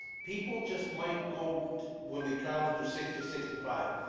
people just might go when they travel do sixty or sixty five,